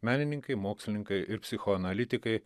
menininkai mokslininkai ir psichoanalitikai